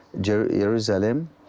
Jerusalem